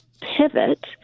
pivot